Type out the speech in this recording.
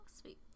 sweet